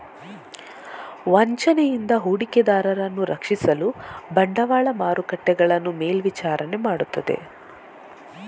ವಂಚನೆಯಿಂದ ಹೂಡಿಕೆದಾರರನ್ನು ರಕ್ಷಿಸಲು ಬಂಡವಾಳ ಮಾರುಕಟ್ಟೆಗಳನ್ನು ಮೇಲ್ವಿಚಾರಣೆ ಮಾಡುತ್ತದೆ